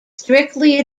strictly